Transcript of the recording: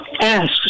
ask